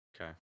Okay